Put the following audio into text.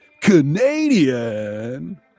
Canadian